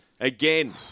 again